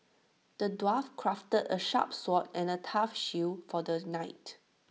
the dwarf crafted A sharp sword and A tough shield for the knight